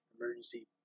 emergency